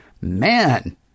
man